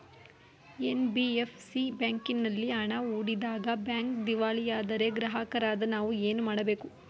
NBFC ಬ್ಯಾಂಕಿನಲ್ಲಿ ಹಣ ಹೂಡಿದಾಗ ಬ್ಯಾಂಕ್ ದಿವಾಳಿಯಾದರೆ ಗ್ರಾಹಕರಾದ ನಾವು ಏನು ಮಾಡಬೇಕು?